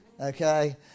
okay